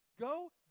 Go